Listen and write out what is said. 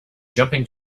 jumping